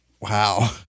Wow